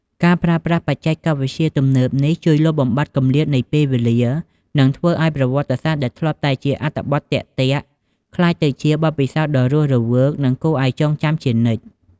ការប្រើប្រាស់បច្ចេកវិទ្យាទំនើបនេះ ជួយលុបបំបាត់គម្លាតនៃពេលវេលា និងធ្វើឲ្យប្រវត្តិសាស្ត្រដែលធ្លាប់តែជាអត្ថបទទាក់ៗ ក្លាយទៅជាបទពិសោធន៍ដ៏រស់រវើក ដែលគួរឲ្យចងចាំជានិច្ច។